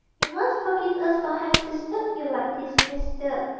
you must forgive us for having disturbed you like this, mr.